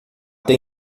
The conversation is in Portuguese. tem